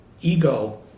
ego